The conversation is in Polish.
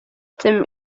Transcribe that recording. tym